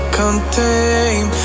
contain